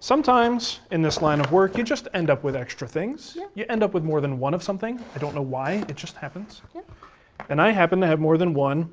sometimes in this line of work you just end up with extra things. you end up with more than one of something. i don't know why, it just happens. yeah and i happen to have more than one